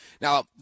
now